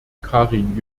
karin